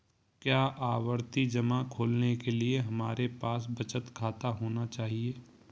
क्या आवर्ती जमा खोलने के लिए हमारे पास बचत खाता होना चाहिए?